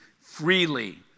freely